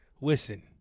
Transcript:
Listen